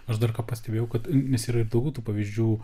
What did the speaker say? aš dar ką pastebėjau kad nes yra daugiau tų pavyzdžių